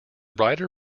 writer